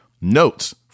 Notes